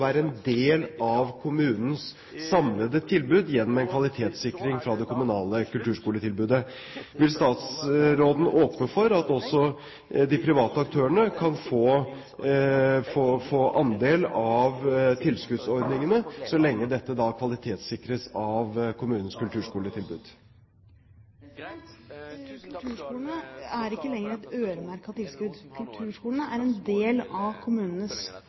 være en del av kommunens samlede tilbud gjennom en kvalitetssikring fra det kommunale kulturskoletilbudet. Vil statsråden åpne for at også de private aktørene kan få en andel av tilskuddsordningene så lenge dette kvalitetssikres av kommunens kulturskoletilbud? Kulturskolene får ikke lenger et øremerket tilskudd. Kulturskolene er en del av kommunenes